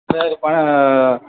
sir பணம்